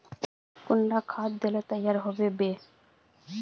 कुंडा खाद दिले तैयार होबे बे?